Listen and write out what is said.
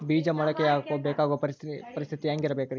ಬೇಜ ಮೊಳಕೆಯಾಗಕ ಬೇಕಾಗೋ ಪರಿಸರ ಪರಿಸ್ಥಿತಿ ಹ್ಯಾಂಗಿರಬೇಕರೇ?